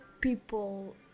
people